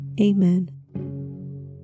Amen